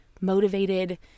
motivated